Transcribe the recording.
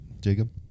Jacob